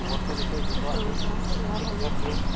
ᱠᱷᱚᱵᱚᱨ ᱠᱚ ᱱᱤᱛᱚᱜ ᱡᱚᱛᱚᱣᱟᱜ ᱜᱮ ᱴᱷᱤᱠ ᱴᱷᱟᱠ ᱜᱮᱭᱟ